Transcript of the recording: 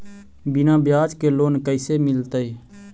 बिना ब्याज के लोन कैसे मिलतै?